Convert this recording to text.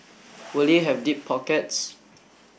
will it have deep pockets